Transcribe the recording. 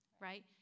right